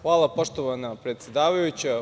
Hvala, poštovana predsedavajuća.